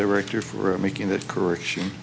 director for making that correction